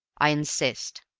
i insist.